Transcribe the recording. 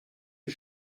die